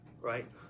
right